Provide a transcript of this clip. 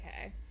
Okay